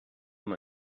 liom